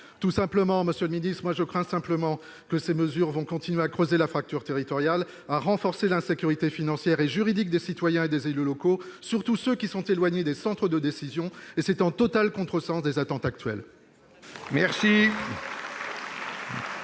président. Monsieur le ministre, je crains simplement que ces mesures ne continuent à creuser la fracture territoriale, à renforcer l'insécurité financière et juridique des citoyens et des élus locaux, surtout ceux qui sont éloignés des centres de décision. C'est en total contresens avec les attentes actuelles